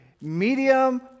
medium